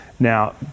Now